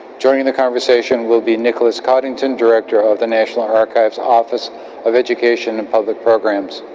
joining the conversation will be nicholas coddington, director of the national archives office of education and public programs,